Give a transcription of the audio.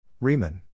Riemann